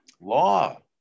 law